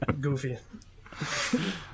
Goofy